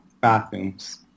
bathrooms